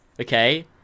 Okay